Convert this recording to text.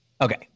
Okay